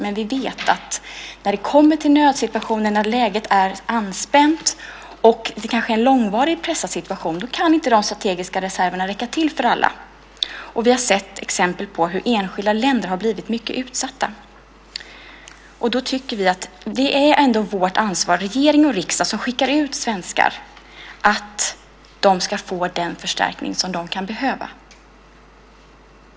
Men vi vet att när det kommer till nödsituationer, när läget är anspänt och det kanske är en långvarigt pressad situation, kan inte de strategiska reserverna räcka till för alla. Vi har sett exempel på hur enskilda länder har blivit mycket utsatta. Då tycker vi att det är vårt ansvar, i regering och riksdag som skickar ut svenskar, att se till att de får den förstärkning som de kan behöva.